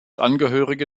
angehörige